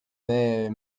mais